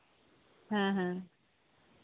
ᱦᱮᱸ ᱦᱮᱸ